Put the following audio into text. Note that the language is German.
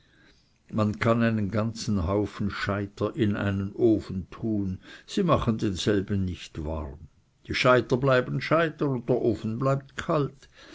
man kann einen ganzen haufen scheiter in einen ofen tun sie machen denselben nicht warm die scheiter bleiben scheiter und der ofen bleibt kalt